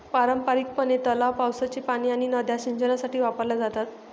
पारंपारिकपणे, तलाव, पावसाचे पाणी आणि नद्या सिंचनासाठी वापरल्या जातात